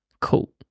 Cool